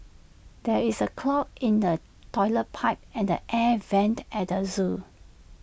there is A clog in the Toilet Pipe and the air Vents at the Zoo